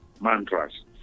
mantras